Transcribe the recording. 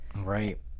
Right